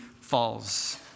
falls